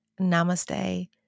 Namaste